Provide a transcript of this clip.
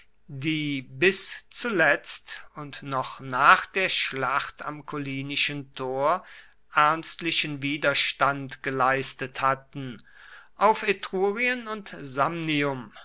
die bis zuletzt und noch nach der schlacht am collinischen tor ernstlichen widerstand geleistet hatten auf etrurien und